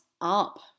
up